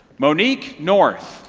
monique north.